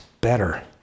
better